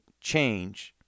change